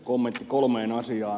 kommentti kolmeen asiaan